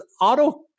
auto